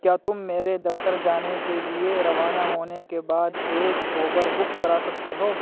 کیا تم میرے دفتر جانے کے لئے روانہ ہونے کے بعد ایک اوبر بک کرا سکتے ہو